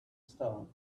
start